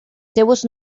seues